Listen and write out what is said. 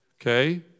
Okay